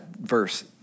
verse